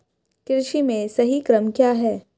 कृषि में सही क्रम क्या है?